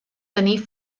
tenir